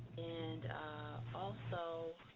and also,